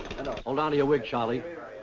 hold on to your wig, charlie.